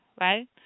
right